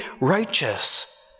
righteous